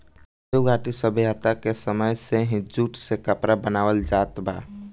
सिंधु घाटी सभ्यता के समय से ही जूट से कपड़ा बनावल जात बा